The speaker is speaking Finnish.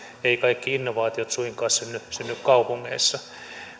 eivät kaikki innovaatiot suinkaan synny synny kaupungeissa